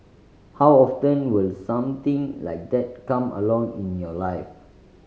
how often will something like that come along in your life